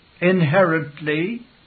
inherently